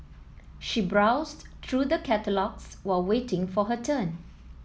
she browsed through the catalogues while waiting for her turn